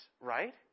right